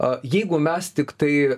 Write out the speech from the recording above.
a jeigu mes tiktai